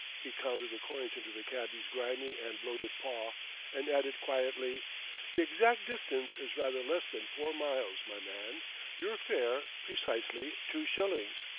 he counted the coins into the cabby's grimy and bloated paw and added quietly the exact distance is rather less than, four miles, my man your fare, precisely two shillings.